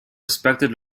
respected